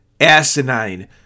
asinine